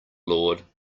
lord